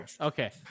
Okay